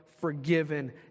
forgiven